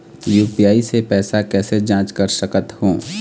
UPI से पैसा कैसे जाँच कर सकत हो?